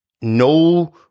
No